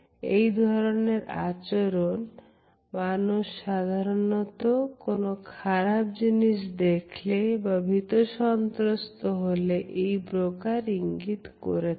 এ ধরনের আচরণ মানুষ সাধারণত কোন খারাপ জিনিস দেখলে বা ভীতসন্ত্রস্ত হলে এই প্রকার ইঙ্গিত করে থাকে